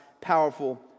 powerful